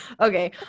okay